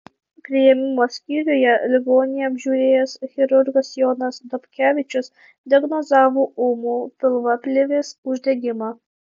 priėmimo skyriuje ligonį apžiūrėjęs chirurgas jonas dobkevičius diagnozavo ūmų pilvaplėvės uždegimą